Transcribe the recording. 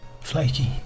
Flaky